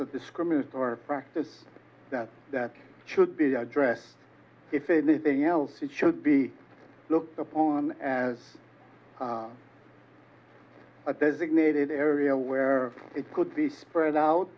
a discriminatory practice that should be addressed if anything else it should be looked upon as a designated area where it could be spread out